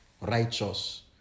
righteous